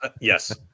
Yes